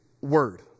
word